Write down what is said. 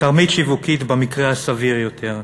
תרמית שיווקית במקרה הסביר יותר.